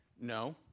No